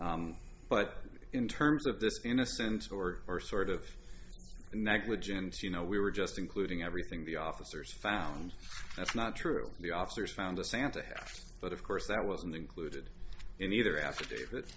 facts but in terms of this innocence or or sort of negligence you know we were just including everything the officers found that's not true the officers found a santa hat but of course that wasn't included in either affidavit